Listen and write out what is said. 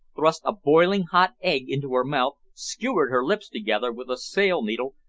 thrust a boiling hot egg into her mouth, skewered her lips together with a sail-needle,